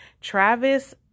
Travis